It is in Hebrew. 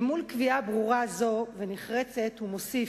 אל מול קביעה ברורה ונחרצת זו הוא מוסיף: